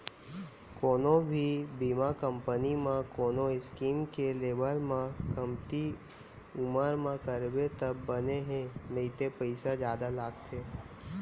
कोनो भी बीमा कंपनी म कोनो स्कीम के लेवब म कमती उमर म करबे तब बने हे नइते पइसा जादा लगथे